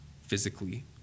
physically